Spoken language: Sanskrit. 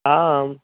आम्